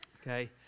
Okay